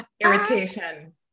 Irritation